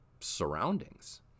surroundings